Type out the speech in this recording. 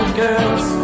girls